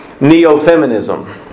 neo-feminism